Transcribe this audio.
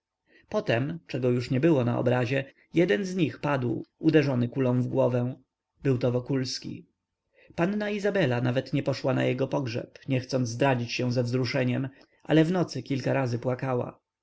mężczyźni mierzyli do siebie z pistoletów potem czego już nie było na obrazie jeden z nich padł uderzony kulą w głowę byłto wokulski panna izabela nawet nie poszła na jego pogrzeb nie chcąc zdradzić się ze wzruszeniem ale w nocy parę razy płakała